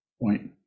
point